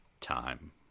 time